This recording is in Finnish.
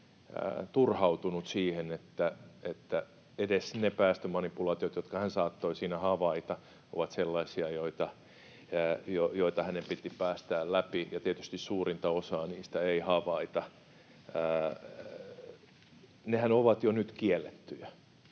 hyvin turhautunut siihen, että jopa ne päästömanipulaatiot, jotka hän saattoi siinä havaita, ovat sellaisia, jotka hänen piti päästää läpi, ja tietysti suurinta osaa niistä ei havaita. Nehän ovat jo nyt kiellettyjä.